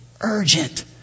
urgent